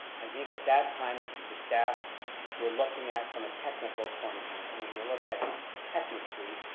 i think at that time, the staff were looking at from at technical point of view, and when you look at technically,